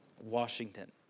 Washington